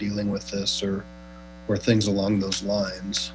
dealing with this or where things along those lines